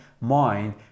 mind